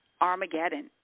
Armageddon